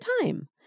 time